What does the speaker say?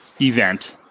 event